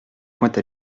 pointe